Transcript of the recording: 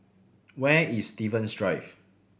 where is Stevens Drive